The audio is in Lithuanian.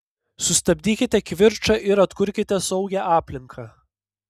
sustabdykite kivirčą ir atkurkite saugią aplinką